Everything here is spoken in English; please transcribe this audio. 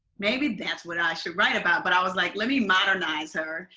maybe that's what i should write about. but i was like, let me modernize her.